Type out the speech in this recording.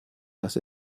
dass